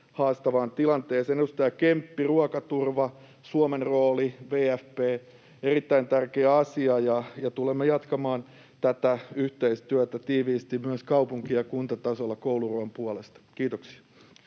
haastavaan tilanteeseen. Edustaja Kemppi: ruokaturva, Suomen rooli, WFP — erittäin tärkeä asia. Tulemme jatkamaan tätä yhteistyötä kouluruoan puolesta tiiviisti myös kaupunki‑ ja kuntatasolla. — Kiitoksia.